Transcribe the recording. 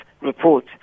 report